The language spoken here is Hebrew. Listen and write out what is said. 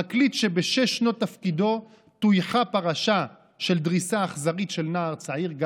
פרקליט שבשש שנות תפקידו טויחה פרשה של דריסה אכזרית של נער צעיר,